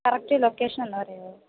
correct ലൊക്കേഷനൊന്ന് പറയുമോ